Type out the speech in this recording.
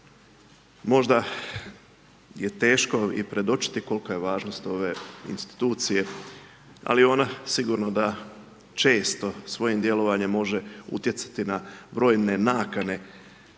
Možda je teško i predočiti kolika je važnost ove institucije, ali ona sigurno da često svojim djelovanjem može utjecati na brojne naknade,